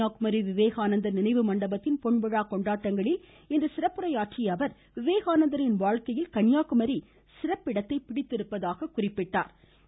கன்னியாகுமரி விவேகானந்தர் நினைவு மண்டபத்தின் பொன்விழா கொண்டாடங்களில் இன்று சிறப்புரையாற்றிய அவர் விவேகானந்தரின் வாழ்க்கையில் கன்னியாகுமரி சிறப்பு இடத்தை பிடித்திருப்பதாக சுட்டிக்காட்டினார்